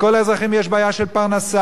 לכל האזרחים יש בעיה של פרנסה,